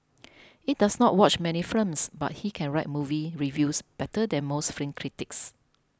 he does not watch many films but he can write movie reviews better than most film critics